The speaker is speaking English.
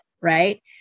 right